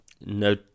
no